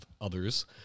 others